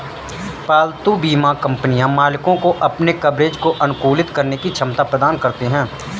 पालतू बीमा कंपनियां मालिकों को अपने कवरेज को अनुकूलित करने की क्षमता प्रदान करती हैं